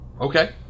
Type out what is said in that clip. Okay